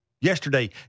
yesterday